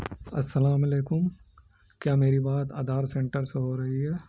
السلام علیکم کیا میری بات آدھار سینٹر سے ہو رہی ہے